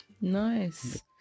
nice